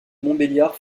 montbéliard